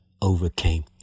overcame